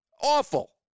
Awful